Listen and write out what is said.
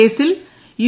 കേസിൽ യു